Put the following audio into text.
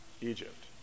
Egypt